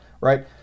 right